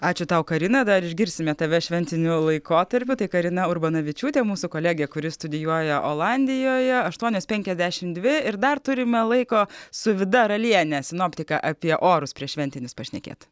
ačiū tau karina dar išgirsime tave šventiniu laikotarpiu tai karina urbanavičiūtė mūsų kolegė kuri studijuoja olandijoje aštuonios penkiasdešim dvi ir dar turime laiko su vida raliene sinoptika apie orus prieššventinius pašnekėt